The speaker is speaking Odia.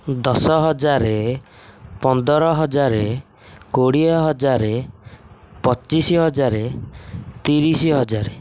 ଦଶ ହଜାର ପନ୍ଦର ହଜାର କୋଡ଼ିଏ ହଜାର ପଚିଶ ହଜାର ତିରିଶ ହଜାର